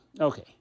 Okay